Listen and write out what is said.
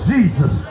Jesus